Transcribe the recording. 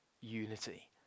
unity